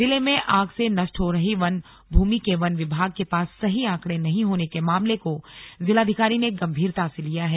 जिले में आग से नष्ट हो रही वन भूमि के वन विभाग के पास सही आंकड़े नहीं होने के मामले को जिलाधिकारी ने गंभीरता से लिया है